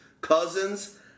Cousins